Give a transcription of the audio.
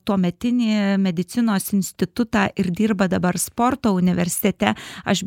tuometinį medicinos institutą ir dirba dabar sporto universitete aš